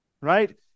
right